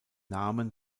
namen